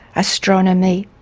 astronomy,